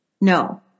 No